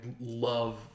love